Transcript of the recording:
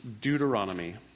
Deuteronomy